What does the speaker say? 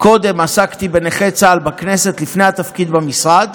קודם עסקתי בנכי צה"ל, עוד לפני התפקיד במשרד,